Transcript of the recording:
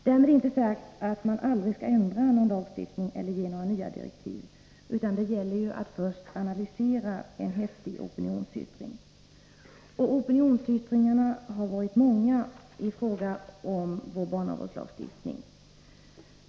Därmed är inte sagt att man aldrig skall ändra någon lagstiftning eller ge några nya utredningsdirektiv. Men det gäller ju att först analysera en häftig opinionsyttring. Opinionsyttringarna har varit många i fråga om vår barnavårdslagstiftning.